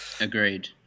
Agreed